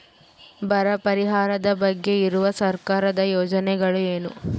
ಬರ ಪರಿಹಾರದ ಬಗ್ಗೆ ಇರುವ ಸರ್ಕಾರದ ಯೋಜನೆಗಳು ಏನು?